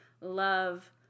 love